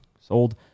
Sold